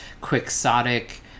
quixotic